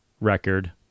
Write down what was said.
record